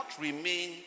remain